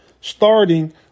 Starting